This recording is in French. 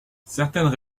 certaines